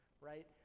right